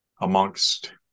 amongst